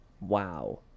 wow